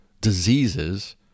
diseases